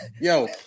Yo